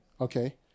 okay